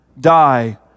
die